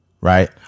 right